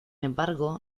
embargo